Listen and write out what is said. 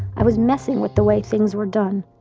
i was messing with the way things were done.